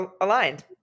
aligned